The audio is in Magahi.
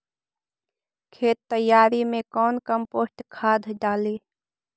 खेत तैयारी मे कौन कम्पोस्ट खाद डाली?